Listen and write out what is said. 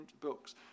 books